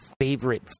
favorite